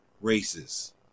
races